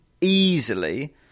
easily